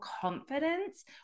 confidence